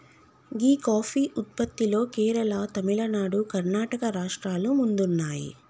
గీ coffee ఉత్పత్తిలో కేరళ, తమిళనాడు, కర్ణాటక రాష్ట్రాలు ముందున్నాయి